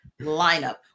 lineup